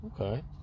Okay